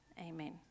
Amen